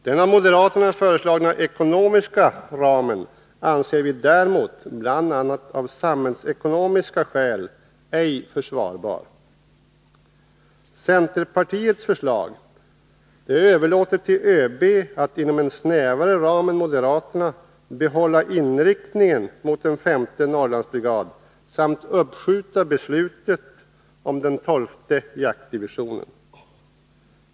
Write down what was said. Den av moderaterna föreslagna ekonomiska ramen anser vi däremot, bl.a. av samhällsekonomiska skäl, ej försvarbar. Centerpartiets förslag överlåter till ÖB att inom en snävare ram än den moderaterna föreslår behålla inriktningen mot en femte Norrlandsbrigad samt att uppskjuta beslutet om den tolfte jaktdivisionen.